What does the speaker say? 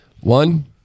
One